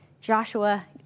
Joshua